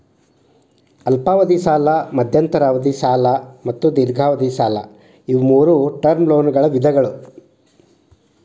ಅಲ್ಪಾವಧಿ ಸಾಲ ಮಧ್ಯಂತರ ಅವಧಿ ಸಾಲ ಮತ್ತು ದೇರ್ಘಾವಧಿ ಸಾಲ ಇವು ಮೂರೂ ಟರ್ಮ್ ಲೋನ್ ವಿಧಗಳ